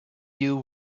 you